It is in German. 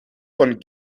von